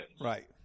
Right